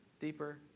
deeper